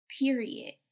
period